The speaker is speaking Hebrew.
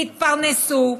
יתפרנסו,